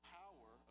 power